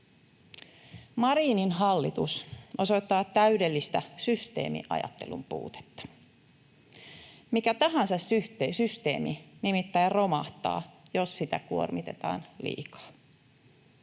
Marinin hallitus osoittaa täydellistä systeemiajattelun puutetta. Mikä tahansa systeemi nimittäin romahtaa, jos sitä kuormitetaan liikaa.